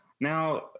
Now